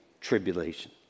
tribulation